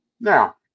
Now